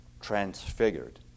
Transfigured